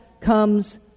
comes